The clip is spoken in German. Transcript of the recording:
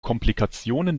komplikationen